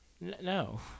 No